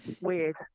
Weird